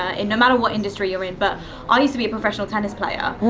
and no matter what industry you're in. but i used to be a professional tennis player.